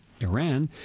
Iran